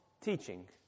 teaching